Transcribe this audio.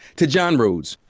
to john rhodes,